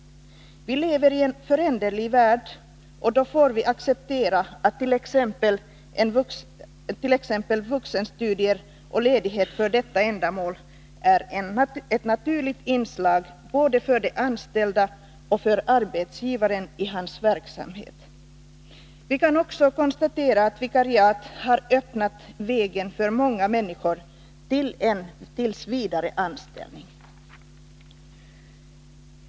Vi lever i en föränderlig värld, och då får vi acceptera att t.ex. vuxenstudier och ledighet för detta ändamål är ett naturligt inslag både för de anställda och för arbetsgivaren i hans verksamhet. Vi kan också konstatera att vikariat har öppnat vägen för många människor till en tillsvidareanställning.